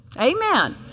Amen